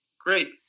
great